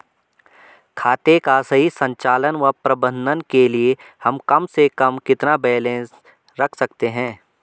खाते का सही संचालन व प्रबंधन के लिए हम कम से कम कितना बैलेंस रख सकते हैं?